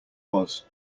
was